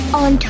on